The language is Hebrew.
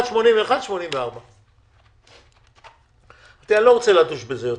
אחד בן 81 ואחד בן 84. אני לא רוצה לדוש בזה יותר.